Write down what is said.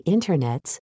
Internets